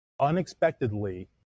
unexpectedly